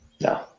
no